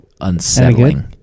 Unsettling